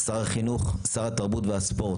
משר החינוך ומשר התרבות והספורט,